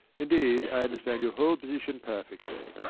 indeed i understand your whole position perfectly.